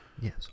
Yes